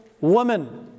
woman